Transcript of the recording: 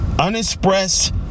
Unexpressed